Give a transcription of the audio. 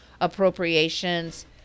appropriations